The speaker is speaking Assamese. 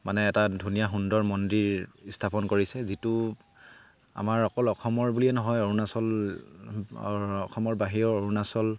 মানে এটা ধুনীয়া সুন্দৰ মন্দিৰ স্থাপন কৰিছে যিটো আমাৰ অকল অসমৰ বুলিয়েই নহয় অৰুণাচল অসমৰ বাহিৰৰ অৰুণাচল